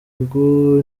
ngo